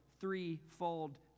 threefold